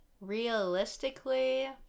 realistically